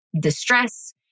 distress